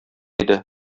иде